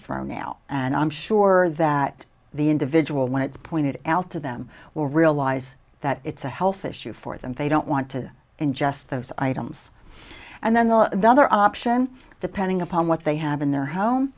thrown out and i'm sure that the individual when it's pointed out to them will realize that it's a health issue for them they don't want to ingest those items and then the other option depending upon what they have in their home